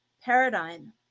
paradigm